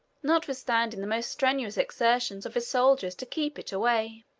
notwithstanding the most strenuous exertions of his soldiers to keep it away.